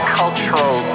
cultural